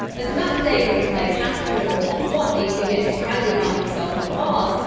as matt damon plays astronaut mark watney who gets stranded by himself on mars,